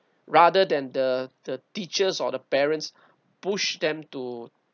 rather than the the teachers or the parents push them to